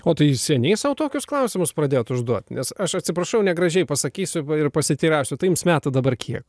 o tai seniai sau tokius klausimus pradėjot užduot nes aš atsiprašau negražiai pasakysiu ir pasiteirausiu tai jums metų dabar kiek